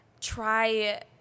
try